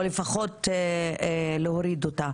או לפחות להוריד את המספר.